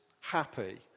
happy